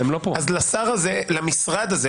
אז למשרד הזה,